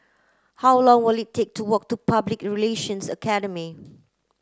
how long will it take to walk to Public Relations Academy